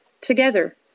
together